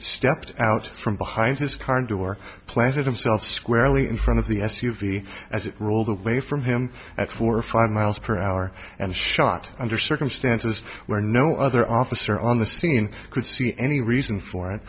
stepped out from behind his car door planted himself squarely in front of the s u v as it rolled away from him at four five miles per hour and shot under circumstances where no other officer on the scene could see any reason for it